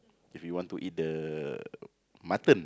if you want to eat the mutton